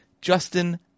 Justin